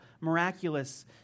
miraculous